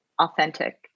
authentic